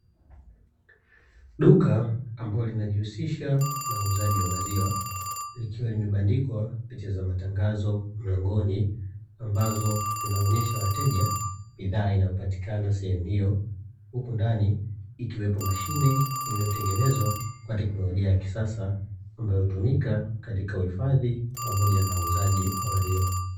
Duka ambalo linajihusisha na uuzaji wa maziwa, likiwa limebandikwa picha za matangazo mlangoni ambazo zinaonyesha wateja, bidhaa inayopatikana sehemu hiyo, huku ndani ikiwepo mashine iliyo imetengenezwa kwa teknolojia ya kisasa, ambayo hutumika katika uhifadhi pamoja na uuzaji wa maziwa.